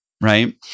right